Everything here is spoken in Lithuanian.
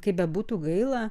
kaip bebūtų gaila